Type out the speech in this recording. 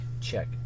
check